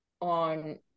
on